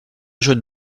jeune